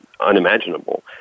unimaginable